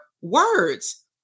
words